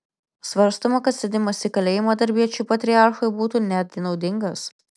svarstoma kad sėdimas į kalėjimą darbiečių patriarchui būtų netgi naudingas